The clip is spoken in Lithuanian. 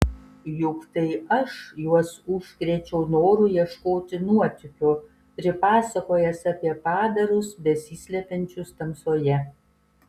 juk tai aš juos užkrėčiau noru ieškoti nuotykių pripasakojęs apie padarus besislepiančius tamsoje